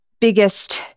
biggest